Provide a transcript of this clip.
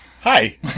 Hi